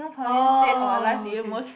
oh okay